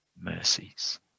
mercies